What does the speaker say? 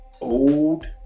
old